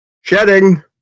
Shedding